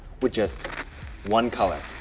with just one color.